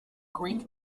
greek